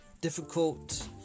difficult